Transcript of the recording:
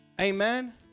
Amen